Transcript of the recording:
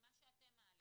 ממה שאתם מעלים.